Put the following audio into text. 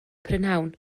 prynhawn